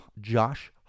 Josh